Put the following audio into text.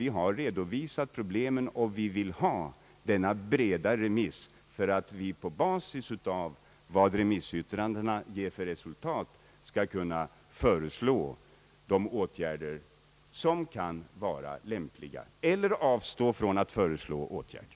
Vi har redovisat problemen, och vi vill ha denna breda remiss för att på basis av remissyttrandenas resultat kunna föreslå de åtgärder som kan vara lämpliga eller avstå från att föreslå åtgärder.